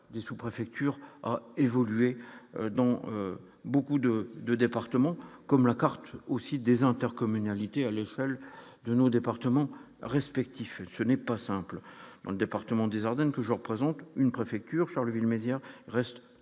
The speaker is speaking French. des sous-préfectures, a évolué dans beaucoup de de départements comme la carte aussi des intercommunalités, celle de nos départements respectif, ce n'est pas simple dans le département des Ardennes que je représente une préfecture Charleville-Mézières reste